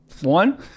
One